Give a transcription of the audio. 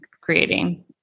creating